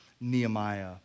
Nehemiah